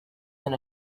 than